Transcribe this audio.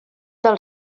del